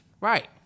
Right